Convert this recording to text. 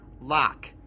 Lock